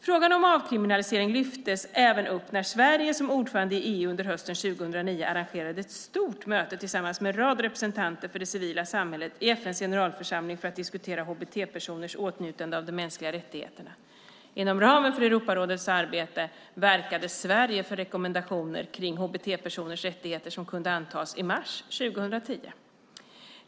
Frågan om avkriminalisering lyftes även upp när Sverige som ordförande i EU under hösten 2009 arrangerade ett stort möte tillsammans med en rad representanter från det civila samhället i FN:s generalförsamling för att diskutera hbt-personers åtnjutande av de mänskliga rättigheterna. Inom ramen för Europarådets arbete verkade Sverige för rekommendationer kring hbt-personers rättigheter som kunde antas i mars 2010.